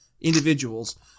individuals